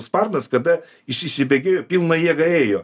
sparnas kada jis įsibėgėjo pilna jėga ėjo